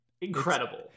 Incredible